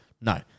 No